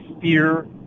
fear